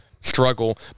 struggle